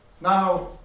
Now